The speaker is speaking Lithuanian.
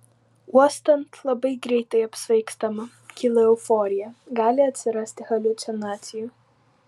uostant labai greitai apsvaigstama kyla euforija gali atsirasti haliucinacijų